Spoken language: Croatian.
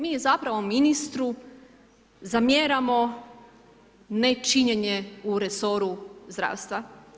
Mi zapravo ministru zamjeramo nečinjenje u resoru zdravstva.